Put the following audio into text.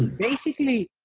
basically,